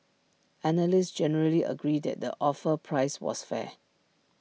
analysts generally agreed that the offer price was fair